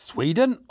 Sweden